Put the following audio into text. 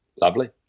lovely